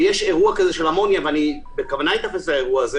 כשיש אירוע של אמוניה ובכוונה אני אתייחס לאירוע הזה